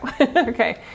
Okay